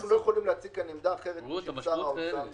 אנחנו לא יכולים להציג כאן עמדה אחרת משל שר האוצר.